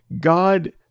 God